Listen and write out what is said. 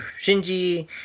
Shinji